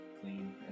clean